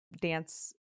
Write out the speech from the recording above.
dance